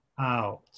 Out